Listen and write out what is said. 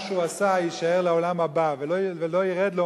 שהוא עשה יישאר לעולם הבא ולא ירד לו,